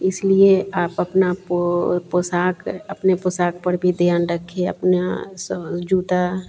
इसलिए आप अपनी पो पोशाक़ अपने पोशाक़ पर भी ध्यान रखे अपना सब जूता